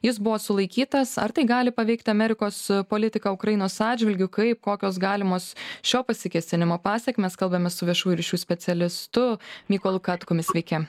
jis buvo sulaikytas ar tai gali paveikti amerikos politiką ukrainos atžvilgiu kaip kokios galimos šio pasikėsinimo pasekmės kalbamės su viešųjų ryšių specialistu mykolu katkumi sveiki